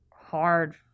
hard